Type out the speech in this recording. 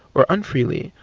or un-freely,